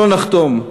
לא נחתום.